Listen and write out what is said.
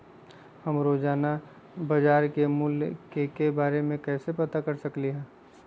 हम रोजाना बाजार के मूल्य के के बारे में कैसे पता कर सकली ह?